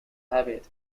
habit